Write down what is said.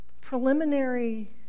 preliminary